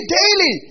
daily